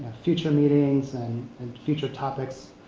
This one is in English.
future meetings and and future topics.